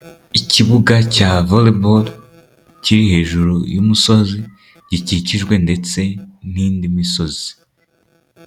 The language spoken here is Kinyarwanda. Ikibuga cya voreboro kiri hejuru y'umusozi gikikijwe ndetse n'indi misozi.